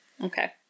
Okay